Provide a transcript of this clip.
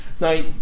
Now